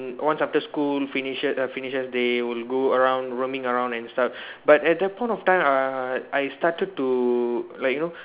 mm once after school finishes err finishes they will go around roaming around and stuff but at that point of time uh I started to like you know